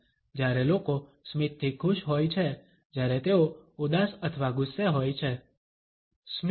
જ્યારે લોકો સ્મિતથી ખુશ હોય છે જ્યારે તેઓ ઉદાસ અથવા ગુસ્સે હોય છે Refer time 1650